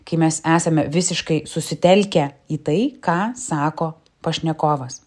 kai mes esame visiškai susitelkę į tai ką sako pašnekovas